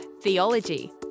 Theology